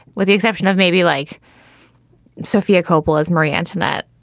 with the exception of maybe like sofia coppola's marie-antoinette,